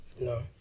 No